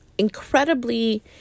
Incredibly